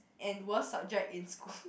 and worst subject in school